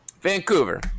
Vancouver